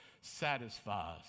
satisfies